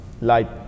light